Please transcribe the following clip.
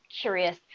curious